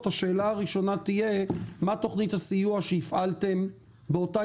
השאלה הראשונה תהיה: מה תוכנית הסיוע שהפעלתם באותה